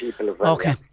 Okay